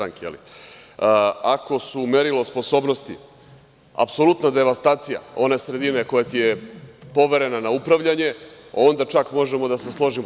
Ako su merilo sposobnosti apsolutno devastacija one sredine koja ti je poverena na upravljanje, onda čak možemo da se složimo.